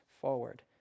forward